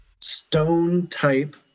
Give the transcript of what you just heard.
stone-type